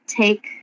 take